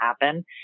happen